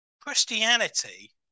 Christianity